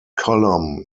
column